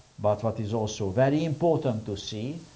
but what is also very important to see,